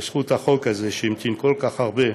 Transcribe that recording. בזכות החוק הזה שהמתין כל כך הרבה,